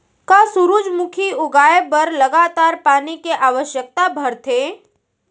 का सूरजमुखी उगाए बर लगातार पानी के आवश्यकता भरथे?